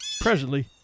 presently